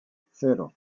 cero